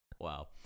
Wow